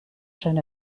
zijn